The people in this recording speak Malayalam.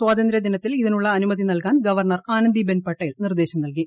സ്വാതന്ത്യൂപ്പിന്നത്തിൽ ഇതിനുള്ള അനുമതി നൽകാൻ ഗവർണർ ആനന്ദിബ്ലെൻ പെട്ടേൽ നിർദ്ദേശം നൽകി